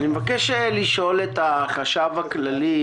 אני מבקש לשאול את החשב הכללי